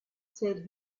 said